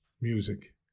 music